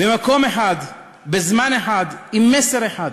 במקום אחד, בזמן אחד, עם מסר אחד.